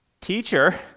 Teacher